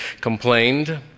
complained